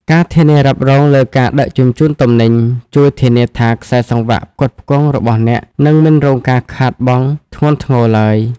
ការធានារ៉ាប់រងលើការដឹកជញ្ជូនទំនិញ ជួយធានាថាខ្សែសង្វាក់ផ្គត់ផ្គង់របស់អ្នកនឹងមិនរងការខាតបង់ធ្ងន់ធ្ងរឡើយ។